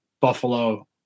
Buffalo